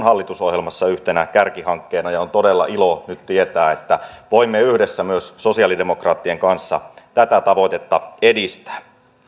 hallitusohjelmassa yhtenä kärkihankkeena ja on todella ilo nyt tietää että voimme yhdessä myös sosiaalidemokraattien kanssa tätä tavoitetta edistää